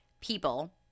people